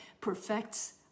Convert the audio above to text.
perfects